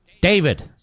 David